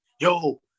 Yo